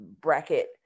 bracket